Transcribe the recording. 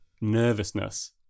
nervousness